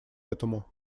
этому